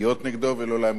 ולא להעמידו לדין,